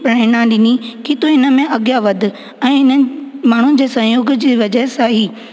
प्रेरणा ॾिनी की तूं हिन में अॻियां वधि ऐं इन्हनि माण्हुनि जे संयोग जे वजह सां ही